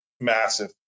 massive